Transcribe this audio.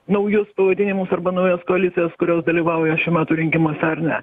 naujus pavadinimus arba naujas koalicijas kurios dalyvauja šiuo metų rinkimuose ar ne